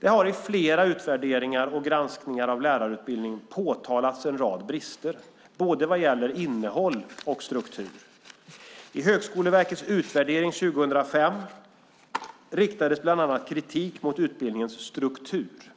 Det har i flera utvärderingar och granskningar av lärarutbildningen påtalats en rad brister, både vad gäller innehåll och struktur. I Högskoleverkets utvärdering 2005 riktades bland annat kritik mot utbildningens struktur.